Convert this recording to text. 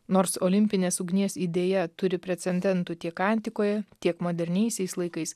nors olimpinės ugnies idėja turi precendentų tiek antikoje tiek moderniaisiais laikais